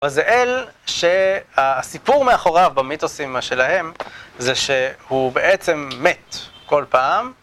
אז זה אל שהסיפור מאחוריו במיתוסים שלהם זה שהוא בעצם מת כל פעם